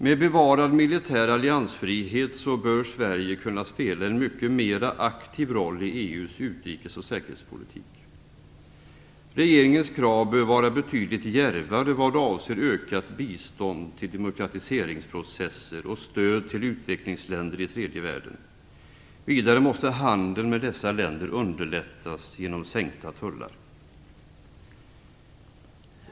Med bevarad militär alliansfrihet bör Sverige kunna spela en mycket mer aktiv roll i EU:s utrikes och säkerhetspolitik. Regeringens krav bör vara betydligt djärvare vad avser ökat bistånd till demokratiseringsprocesser och stöd till utvecklingsländer i tredje världen. Vidare måste handeln med dessa länder underlättas genom sänkta tullar.